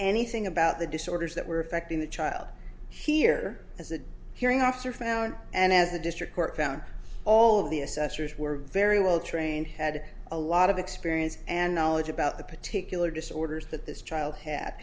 anything about the disorders that were affecting the child here as the hearing officer found and as the district court found all of the assessors were very well trained had a lot of experience and knowledge about the particular disorders that this child ha